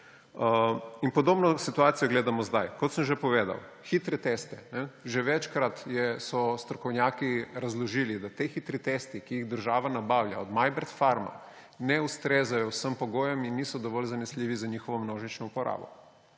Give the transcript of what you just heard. In podobno situacijo gledamo zdaj. Kot sem že povedal, hitri testi, že večkrat so strokovnjaki razložili, da ti hitri testi, ki jih država nabavlja od Majbert Pharma, ne ustrezajo vsem pogojem in niso dovolj zanesljivi za njihovo množično uporabo.